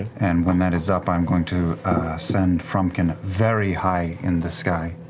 and when that is up, i um going to send frumpkin very high in the sky,